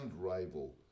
rival